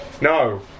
No